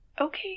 Okay